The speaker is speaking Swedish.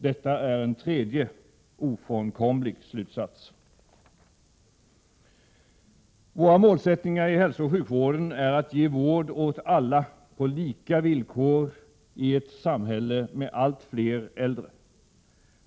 Detta är en tredje ofrånkomlig slutsats. Våra målsättningar i hälsooch sjukvården är att ge vård åt alla på lika villkor i ett samhälle med allt fler äldre.